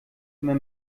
immer